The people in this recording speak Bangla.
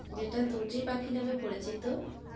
যেটা দর্জি পাখি নামে পরিচিত